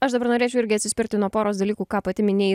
aš dabar norėčiau irgi atsispirti nuo poros dalykų ką pati minėjai